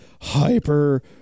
hyper